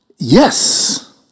yes